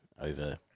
over